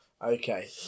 Okay